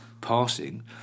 passing